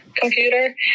computer